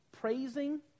praising